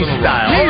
style